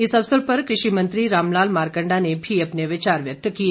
इस अवसर पर कृषि मंत्री रामलाल मारकंडा ने भी अपने विचार व्यक्त किए